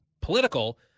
political